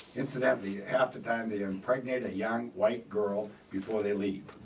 incidentally, half the time they impregnate a young white girl before they leave.